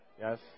Yes